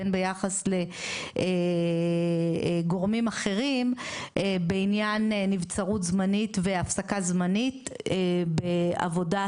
בין ביחס לגורמים אחרים בעניין נבצרות זמנית והפסקה זמנית בעבודת,